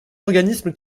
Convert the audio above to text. organisme